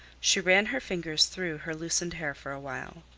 she ran her fingers through her loosened hair for a while.